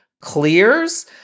clears